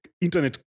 internet